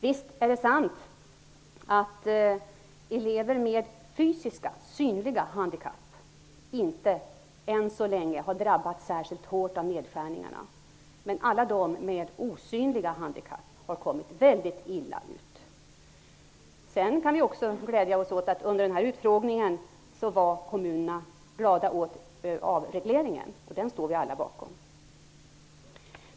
Visst är det sant att elever med fysiska, synliga handikapp inte än så länge har drabbats särskilt hårt av nedskärningarna, men alla de med osynliga handikapp har råkat väldigt illa ut. Vi kan glädja oss åt att under den här utfrågningen var kommunerna glada över avregleringen. Den står vi alla bakom.